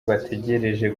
bategereje